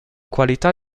qualità